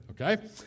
okay